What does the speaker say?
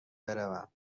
بروم